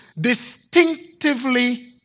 distinctively